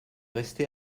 resté